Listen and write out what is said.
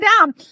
down